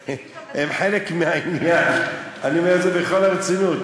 הם חלק מהעניין, אני אומר את זה בכל הרצינות,